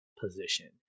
position